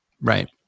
Right